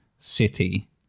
city